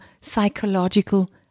psychological